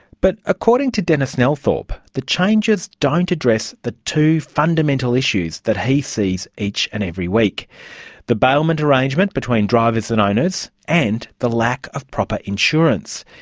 but according to denis nelthorpe, the changes don't address the two fundamental issues that he sees each and every week the bailment arrangement between drivers and owners, and the lack of proper insurance.